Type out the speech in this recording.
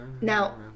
now